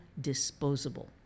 disposable